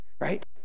right